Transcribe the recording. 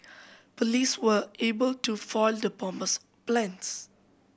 police were able to foil the bomber's plans